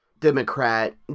Democrat